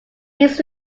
his